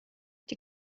die